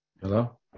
Hello